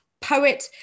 poet